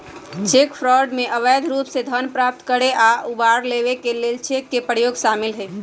cheque fraud में अवैध रूप से धन प्राप्त करे आऽ उधार लेबऐ के लेल चेक के प्रयोग शामिल हइ